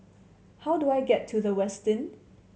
how do I get to The Westin